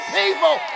people